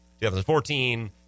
2014